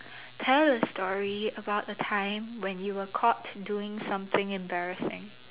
tell a story about a time when you were caught doing something embarrassing